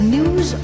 News